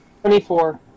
Twenty-four